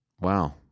Wow